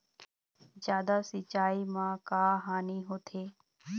जादा सिचाई म का हानी होथे?